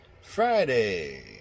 Friday